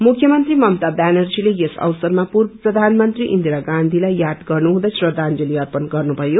मुख्यमन्त्री ममता व्यानर्जीले यस अवसरमा पूर्व प्रधानमन्त्री इन्दीरा गान्धीलाई याद गर्नु हुँदै श्रद्धांजली अपर्ण गर्नुभयो